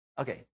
Okay